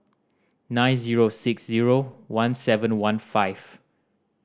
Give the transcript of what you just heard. nine zero six zero one seven one five